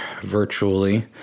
virtually